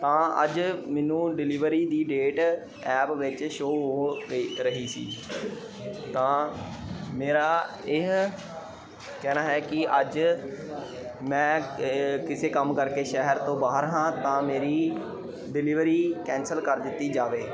ਤਾਂ ਅੱਜ ਮੈਨੂੰ ਡਿਲੀਵਰੀ ਦੀ ਡੇਟ ਐਪ ਵਿੱਚ ਸ਼ੋ ਹੋ ਰਹੀ ਰਹੀ ਸੀ ਤਾਂ ਮੇਰਾ ਇਹ ਕਹਿਣਾ ਹੈ ਕਿ ਅੱਜ ਮੈਂ ਕਿਸੇ ਕੰਮ ਕਰਕੇ ਸ਼ਹਿਰ ਤੋਂ ਬਾਹਰ ਹਾਂ ਤਾਂ ਮੇਰੀ ਡਿਲੀਵਰੀ ਕੈਂਸਲ ਕਰ ਦਿੱਤੀ ਜਾਵੇ